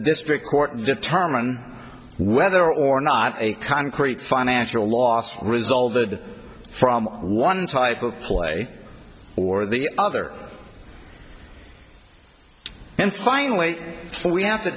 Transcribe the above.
district court to determine whether or not a concrete financial lost resulted from one type of play or the other and finally we have to